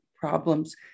problems